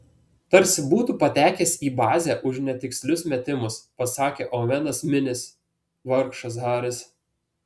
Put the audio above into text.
tarsi būtu patekęs į bazę už netikslius metimus pasakė ovenas minis vargšas haris